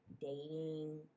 dating